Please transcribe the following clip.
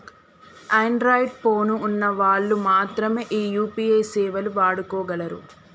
Android phone ఉన్న వాళ్ళు మాత్రమె ఈ యూ.పీ.ఐ సేవలు వాడుకోగలరు